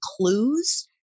clues